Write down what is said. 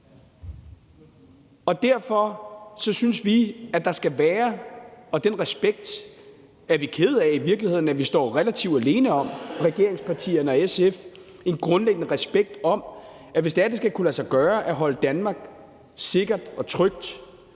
Derfor synes vi, at der skal være respekt om det, og den respekt er vi i virkeligheden kede af at vi står relativt alene med hos regeringspartierne og SF – en grundlæggende respekt om, at hvis det skal kunne lade sig gøre at holde Danmark sikkert og trygt,